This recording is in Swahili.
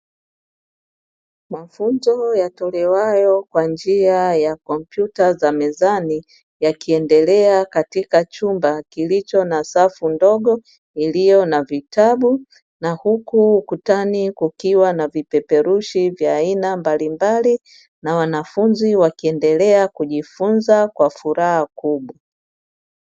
Mafunzo yatolewayo kwa njia za kompyuta za mezani yakiendelea katika chumba kilicho na safu ndogo, iliyo na vitabu na huku ukutani kukiwa na vipeperushi vya aina mbalimbali, na wanafunzi wakiendelea kujifunza kwa furaha kubwa.